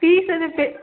fees வந்து பே